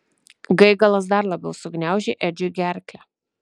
gaigalas dar labiau sugniaužė edžiui gerklę